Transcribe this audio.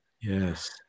Yes